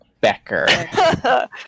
Becker